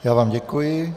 Já vám děkuji.